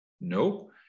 No